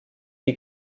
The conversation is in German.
die